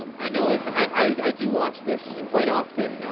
um i know it's i i do watch this quite often.